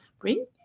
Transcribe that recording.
bring